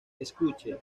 escuche